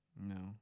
No